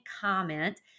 comment